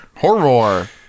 Horror